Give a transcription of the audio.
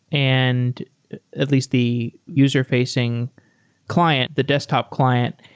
and at least the user-facing client, the desktop client.